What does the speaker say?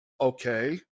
Okay